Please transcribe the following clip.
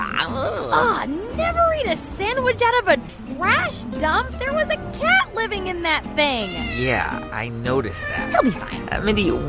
um um never eat a sandwich out of a trash dump. there was a cat living in that thing yeah, i noticed that you'll be fine mindy,